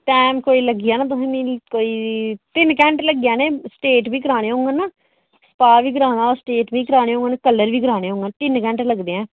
time कोई लग्गी जाना तुसें मि कोई तिन घैंटे लग्गी जाने स्ट्रैट वी कराने होंगङ ना स्पा वी कराना हो स्ट्रैट वी कराने होंगङ कलर वी कराने होंगङ तिन घैंटे लगदे ऐं